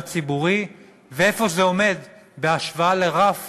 ציבורי ואיפה זה עומד בהשוואה לרף